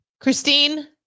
Christine